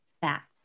facts